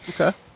Okay